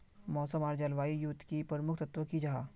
मौसम आर जलवायु युत की प्रमुख तत्व की जाहा?